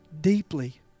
deeply